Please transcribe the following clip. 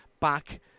back